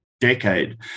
decade